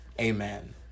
Amen